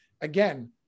Again